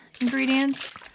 ingredients